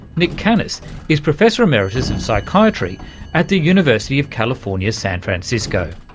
nick kanas is professor emeritus of psychiatry at the university of california, san francisco.